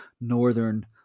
northern